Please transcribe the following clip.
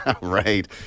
Right